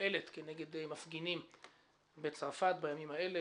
שמופעלת כנגד מפגינים בצרפת בימים האלה.